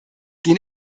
den